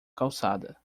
calçada